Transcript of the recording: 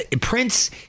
Prince